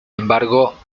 embargo